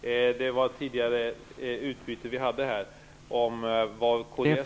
Herr talman! Det gäller det tidigare meningsutbytet vi hade om vad kds...